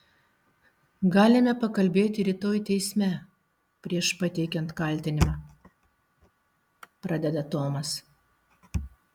galime pakalbėti rytoj teisme prieš pateikiant kaltinimą pradeda tomas